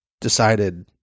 decided